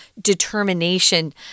determination